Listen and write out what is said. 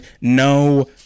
no